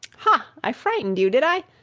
hah! i frightened you, did i?